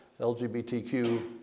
LGBTQ